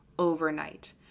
Overnight